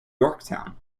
yorktown